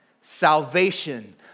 Salvation